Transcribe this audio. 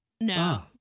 No